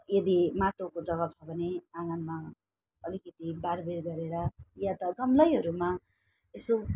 यदि माटोको जग्गा छ भने आँगनमा अलिकति बारबेर गरेर या त गमलैहरूमा यसो